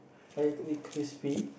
I like to eat crispy